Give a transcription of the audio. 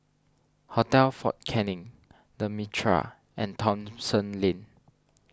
Hotel fort Canning the Mitraa and Thomson Lane